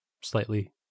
Slightly